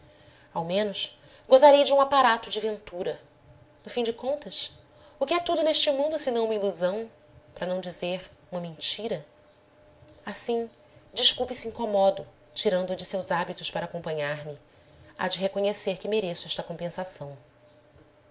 ao menos gozarei de um aparato de ventura no fim de contas o que é tudo neste mundo senão uma ilusão para não dizer uma mentira assim desculpe se incomodo tirando o de seus hábitos para acompanhar-me há de reconhecer que mereço esta compensação